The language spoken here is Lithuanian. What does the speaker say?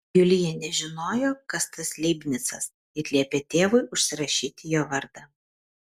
julija nežinojo kas tas leibnicas ir liepė tėvui užsirašyti jo vardą